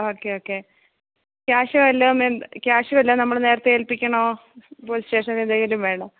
okay okay cash വല്ലോം cash വല്ലോം നമ്മള് നേരത്തെ ഏൽപ്പിക്കണോ പോലീസ് സ്റ്റേഷനിൽ എന്തെങ്കിലും വേണോ